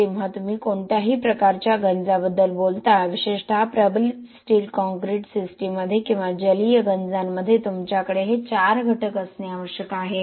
जेव्हा तुम्ही कोणत्याही प्रकारच्या गंजाबद्दल बोलता विशेषत प्रबलित स्टील कॉंक्रिट सिस्टममध्ये किंवा जलीय गंजांमध्ये तुमच्याकडे हे 4 घटक असणे आवश्यक आहे